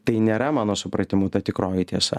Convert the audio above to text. tai nėra mano supratimu ta tikroji tiesa